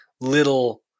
little